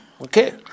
Okay